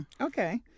Okay